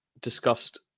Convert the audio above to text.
discussed